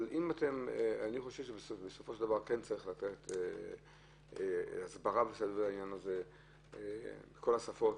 אני חושב שבסופו של דבר צריך לתת הסברה מסביב לעניין הזה בכל השפות.